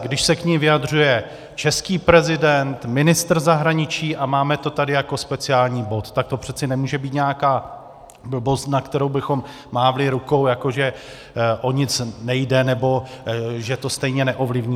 Když se k ní vyjadřuje český prezident, ministr zahraničí a máme to tady jako speciální bod, tak to přece nemůže být nějaká blbost, nad kterou bychom mávli rukou, jako že o nic nejde nebo že to stejně neovlivníme.